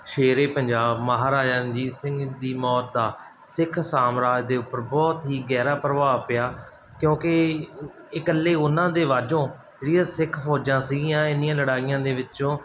ਸ਼ੇਰ ਏ ਪੰਜਾਬ ਮਹਾਰਾਜਾ ਰਣਜੀਤ ਸਿੰਘ ਦੀ ਮੌਤ ਦਾ ਸਿੱਖ ਸਾਮਰਾਜ ਦੇ ਉੱਪਰ ਬਹੁਤ ਹੀ ਗਹਿਰਾ ਪ੍ਰਭਾਵ ਪਿਆ ਕਿਉਂਕਿ ਇਕੱਲੇ ਉਹਨਾਂ ਦੇ ਵਾਜੋਂ ਜਿਹੜੀਆਂ ਸਿੱਖ ਫੌਜਾਂ ਸੀਗੀਆਂ ਇੰਨੀਆਂ ਲੜਾਈਆਂ ਦੇ ਵਿੱਚੋਂ